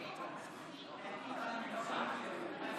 נמנעים.